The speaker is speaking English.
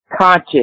Conscious